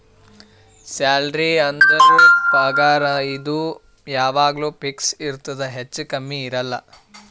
salary ಅಂದುರ್ ಪಗಾರ್ ಇದು ಯಾವಾಗ್ನು ಫಿಕ್ಸ್ ಇರ್ತುದ್ ಹೆಚ್ಚಾ ಕಮ್ಮಿ ಇರಲ್ಲ